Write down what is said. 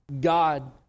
God